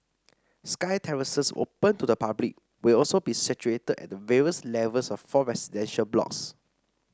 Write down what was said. sky terraces open to the public will also be situated at the various levels of four residential blocks